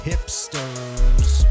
Hipsters